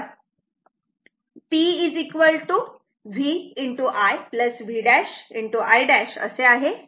तर हे P v i v' i' असे आहे